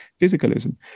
physicalism